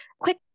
quick